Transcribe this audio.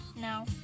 no